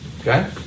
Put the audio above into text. Okay